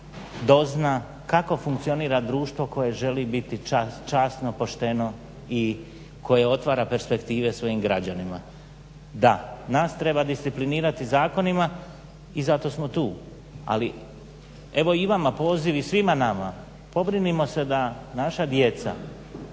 dozna kako funkcionira društvo koje želi biti časno, pošteno i koje otvara perspektive svojim građanima. Da nas treba disciplinirati zakonima i zato smo tu, ali evo i vama poziv i svima nama pobrinimo se da naša djeca